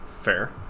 fair